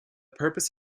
purpose